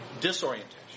Disorientation